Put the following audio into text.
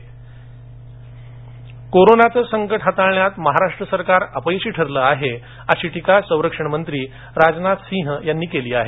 राजनाथ कोरोनाचं संकट हाताळण्यात महाराष्ट्र सरकार अपयशी ठरलं आहे अशी टीका संरक्षण मंत्री राजनाथ सिंह यांनी केली आहे